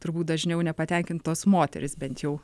turbūt dažniau nepatenkintos moterys bent jau